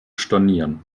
stornieren